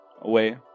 away